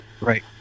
Right